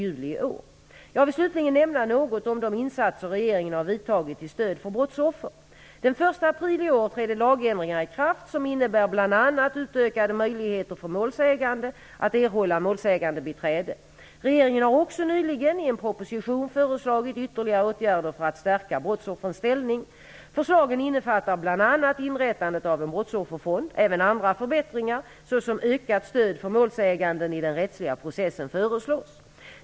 Jag vill slutligen nämna något om de insatser regeringen har vidtagit till stöd för brottsoffer. Den 1 april i år trädde lagändringar i kraft som innebär bl.a. utökade möjligheter för målsägande att erhålla målsägandebiträde. Regeringen har också nyligen i en proposition föreslagit ytterligare åtgärder för att stärka brottsoffrens ställning. Förslagen innefattar bl.a. inrättandet av en brottsofferfond. Även andra förbättringar, såsom ökat stöd för målsäganden i den rättsliga processen, föreslås.